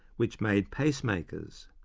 which made pacemakers.